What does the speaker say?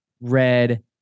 red